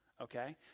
okay